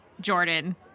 Jordan